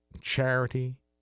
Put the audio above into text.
charity